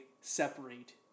separate